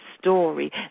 story